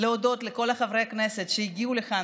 להודות לכל חברי הכנסת שהגיעו לכאן.